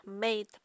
made